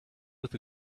with